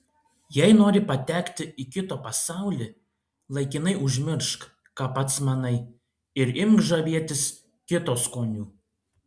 jei nori patekti į kito pasaulį laikinai užmiršk ką pats manai ir imk žavėtis kito skoniu